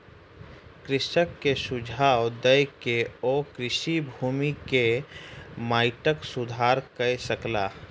कृषक के सुझाव दय के ओ कृषि भूमि के माइटक सुधार कय सकला